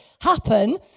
happen